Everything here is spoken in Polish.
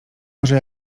może